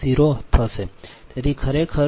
866 Ia1 j6